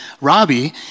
Robbie